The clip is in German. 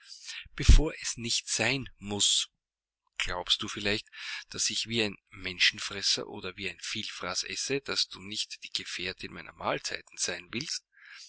bevor es nicht sein muß glaubst du vielleicht daß ich wie ein menschenfresser oder wie ein vielfraß esse daß du nicht die gefährtin meiner mahlzeiten sein willst